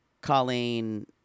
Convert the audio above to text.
Colleen